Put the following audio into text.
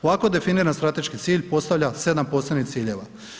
Ovako definirani strateški cilj postavlja 7 posebnih ciljeva.